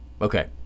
Okay